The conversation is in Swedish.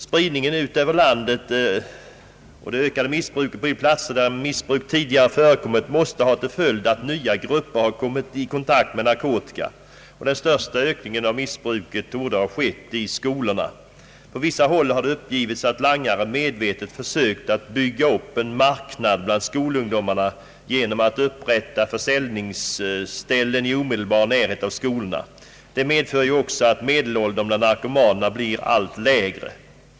Spridningen ut över landet och det ökade missbruket på de platser där missbruk tidigare förekommit måste innebära att nya grupper har kommit i kontakt med narkotika, och den största ökningen av missbruket torde ha skett i skolorna. Det har uppgivits att langare på vissa håll medvetet försökt att bygga upp en marknad bland skolungdomarna genom att upprätta försäljningsställen i skolornas omedelbara närhet. Det medför också att medelåldern bland narkomanerna blir allt lägre.